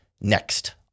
next